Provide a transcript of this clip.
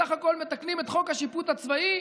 בסך הכול מתקנים את חוק השיפוט הצבאי,